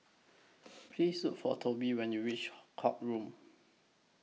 Please Look For Tobe when YOU REACH Court Road